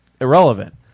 irrelevant